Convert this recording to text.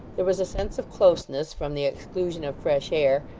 there was a sense of closeness from the exclusion of fresh air,